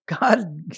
God